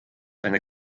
eine